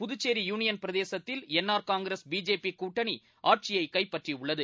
Puducherry union பிரதேசத்தில் NR Congress BJP கூட்டனி ஆட்சியை கைப்பற்றியுள்ளது